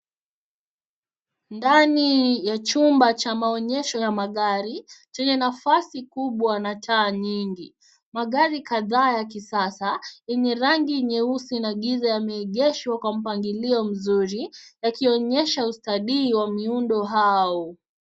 Ndani ya chumba cha maonyesho ya magari chenye nafasi kubwa na taa nyingi. Magari kadhaa ya kisasa yenye rangi nyeusi na giza yameegeshwa kwa mpangilio mzuri yakionyesha ustadi wa miundo hao.